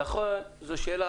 זו שאלה.